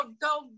go